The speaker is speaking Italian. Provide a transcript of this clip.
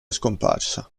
scomparsa